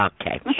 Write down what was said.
Okay